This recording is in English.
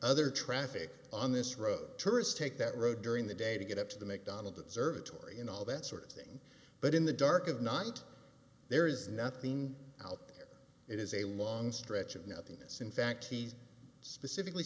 other traffic on this road tourists take that road during the day to get up to the mcdonald observatory and all that sort of thing but in the dark of night there is nothing out there it is a long stretch of nothingness in fact he's specifically